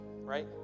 right